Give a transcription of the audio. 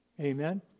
Amen